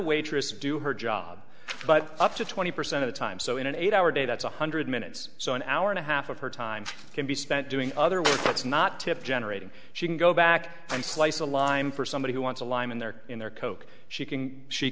waitress do her job but up to twenty percent of the time so in an eight hour day that's one hundred minutes so an hour and a half of her time can be spent doing other work that's not tip generated she can go back and slice a line for somebody who wants a lime in there in their coke she can she